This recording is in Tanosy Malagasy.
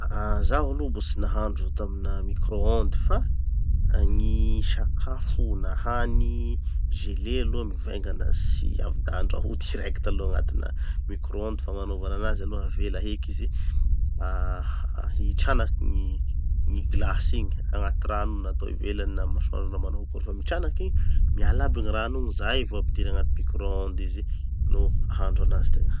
Ah zaho aloha mbo tsy nahandro tamina micro-onde fa gny sakafo na hany gelé aloha mivaingana, tsy avy da andraho direkta aloha agnatina micro-onde fa gn'anaovana anazy aloha avela heky izy ah hitranaky gny gny glace igny, agnaty rano na atao ivelany na amy masoandro na manao akory fa mitranaky igny, miala aby gny rano igny, zay vo ampidiry agnaty micro-onde izy no hahandro anazy tegna.